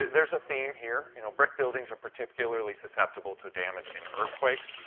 there's a theme here. you know, brick buildings are particularly susceptible to damage in earthquakes.